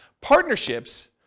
Partnerships